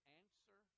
answer